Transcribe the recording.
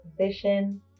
position